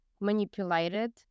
manipulated